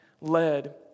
led